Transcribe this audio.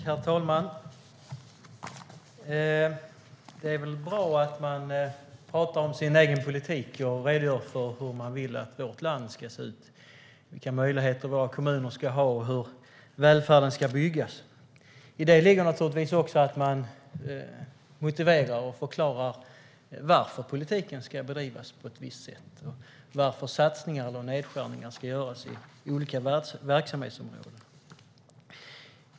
Herr talman! Det är väl bra att man talar om sin egen politik och redogör för hur man vill att vårt land ska se ut, vilka möjligheter våra kommuner ska ha och hur välfärden ska byggas. I det ligger naturligtvis också att man motiverar och förklarar varför politiken ska bedrivas på ett visst sätt och varför satsningar eller nedskärningar ska göras inom olika verksamhetsområden.